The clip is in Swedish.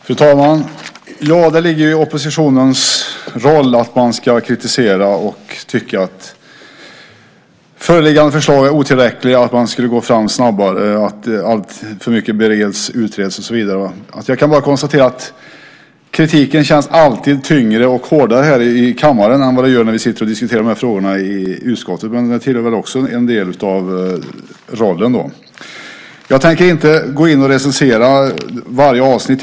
Fru talman! Fru talman! Det ligger i oppositionens roll att kritisera och tycka att föreliggande förslag är otillräckliga, att man skulle gå fram snabbare, att alltför mycket bereds, utreds och så vidare. Jag kan bara konstatera att kritiken alltid känns tyngre och hårdare här i kammaren än vad den gör när vi sitter och diskuterar frågorna i utskottet. Det tillhör väl också rollen. Jag tänker inte gå in och recensera varje avsnitt.